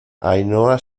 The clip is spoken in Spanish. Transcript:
ainhoa